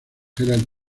herald